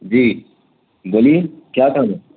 جی بولیے کیا کام ہے